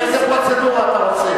לפי איזו פרוצדורה אתה רוצה?